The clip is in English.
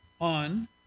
on